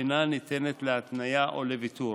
אינה ניתנת להתניה או לוויתור.